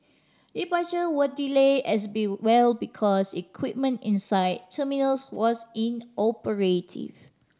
departures were delayed as be well because equipment inside terminals was inoperative